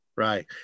Right